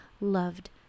loved